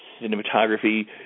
cinematography